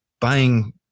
buying